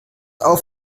auf